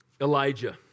Elijah